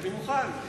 אני מוכן.